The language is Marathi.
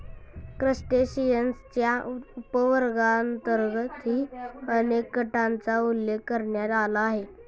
क्रस्टेशियन्सच्या उपवर्गांतर्गतही अनेक गटांचा उल्लेख करण्यात आला आहे